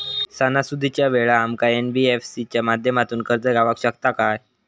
सणासुदीच्या वेळा आमका एन.बी.एफ.सी च्या माध्यमातून कर्ज गावात शकता काय?